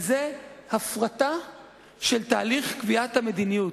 היא הפרטה של תהליך קביעת המדיניות.